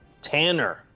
Tanner